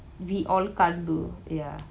we all can't do ya